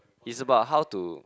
it's about how to